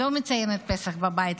אני לא מציינת פסח בבית.